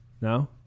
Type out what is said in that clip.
No